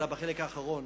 אלא בחלק האחרון,